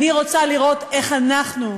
אני רוצה לראות איך אנחנו,